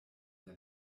der